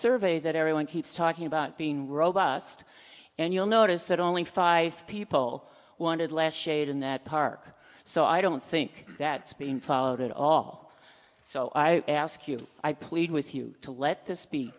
survey that everyone keeps talking about being robust and you'll notice that only five people wanted less shade in that park so i don't think that's being followed at all so i ask you i plead with you to let this be